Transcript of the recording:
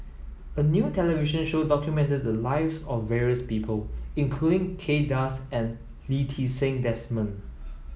a new television show documented the lives of various people including Kay Das and Lee Ti Seng Desmond